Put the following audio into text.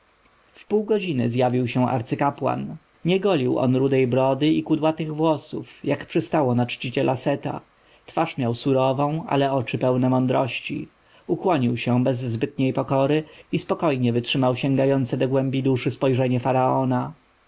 pół godziny zjawił się arcykapłan nie golił on rudej brody i kudłatych włosów jak przystało na czciciela seta twarz miał surową ale oczy pełne mądrości ukłonił się bez zbytniej pokory i spokojnie wytrzymał sięgające do głębi duszy spojrzenie faraona